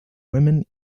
women